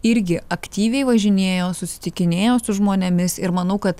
irgi aktyviai važinėjo susitikinėjo su žmonėmis ir manau kad